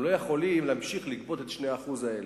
הם לא יכולים להמשיך לגבות את ה-2% האלה.